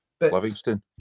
Livingston